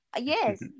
Yes